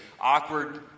awkward